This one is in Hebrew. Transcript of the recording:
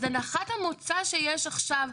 אז הנחת המוצא שיש עכשיו,